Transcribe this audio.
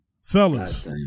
Fellas